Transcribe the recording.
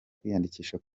kwiyandikisha